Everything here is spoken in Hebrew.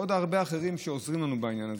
ועוד הרבה אחרים שעוזרים לנו בעניין הזה,